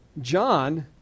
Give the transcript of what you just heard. John